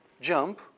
jump